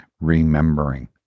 remembering